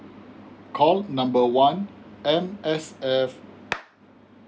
call number one M_S_F